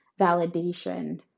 validation